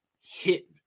hit